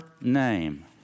name